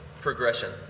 progression